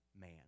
man